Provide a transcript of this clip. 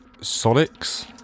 Solix